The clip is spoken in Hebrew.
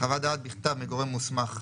חוות דעת בכתב מגורם מוסמך,